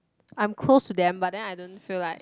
I'm close to them but then I don't feel like